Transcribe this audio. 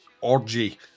orgy